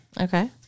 Okay